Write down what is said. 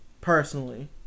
personally